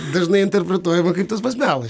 dažnai interpretuojama kaip tas pats melas